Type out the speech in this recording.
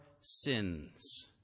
sins